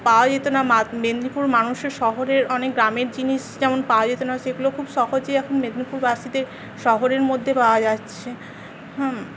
পাওয়া যেত না মেদিনীপুর মানুষের শহরের অনেক গ্রামের জিনিস যেমন পাওয়া যেত না সেগুলো খুব সহজেই এখন মেদিনীপুরবাসীদের শহরের মধ্যে পাওয়া যাচ্ছে